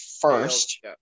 first